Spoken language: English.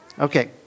Okay